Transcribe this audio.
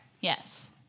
Yes